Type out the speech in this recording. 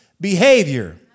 behavior